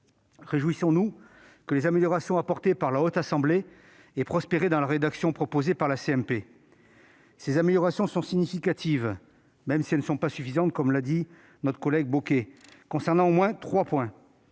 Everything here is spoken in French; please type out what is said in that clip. Réjouissons-nous que les améliorations apportées par la Haute Assemblée aient prospéré dans la rédaction proposée par la commission mixte paritaire. Ces améliorations sont significatives- même si elles sont insuffisantes, comme l'a souligné notre collègue Bocquet -concernant au moins trois points.